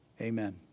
amen